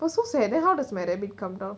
but so sad then how does my rabbit come down